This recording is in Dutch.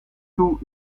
toe